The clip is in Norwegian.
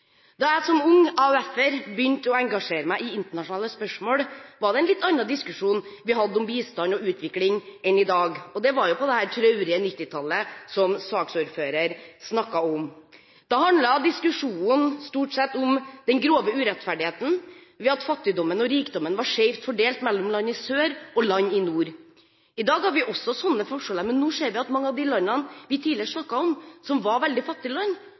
Da jeg som ung AUF-er begynte å engasjere meg i internasjonale spørsmål, var det en litt annen diskusjon vi hadde om bistand og utvikling enn i dag – og det var jo på dette traurige 1990-tallet, som saksordføreren snakket om. Da handlet diskusjonen stort sett om den grove urettferdigheten ved at fattigdommen og rikdommen var skeivt fordelt mellom land i sør og land i nord. I dag har vi også sånne forskjeller, men nå ser vi at mange av de landene vi tidligere snakket om, som var veldig fattige land,